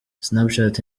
snapchat